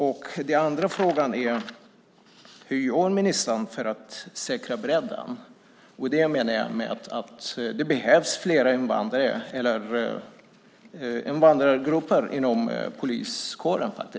Min andra fråga är: Hur gör ministern för att säkra bredden inom poliskåren? Med det menar jag att det behövs fler invandrargrupper inom poliskåren.